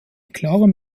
klarem